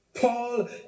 Paul